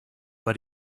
but